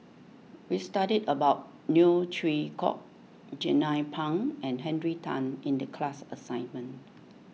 we studied about Neo Chwee Kok Jernnine Pang and Henry Tan in the class assignment